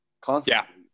constantly